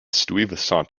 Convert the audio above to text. stuyvesant